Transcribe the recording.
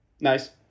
Nice